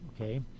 okay